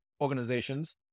organizations